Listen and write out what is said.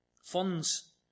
Funds